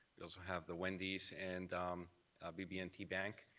we also have the wendy's and bb and t bank.